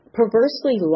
perversely